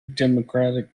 democratic